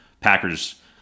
Packers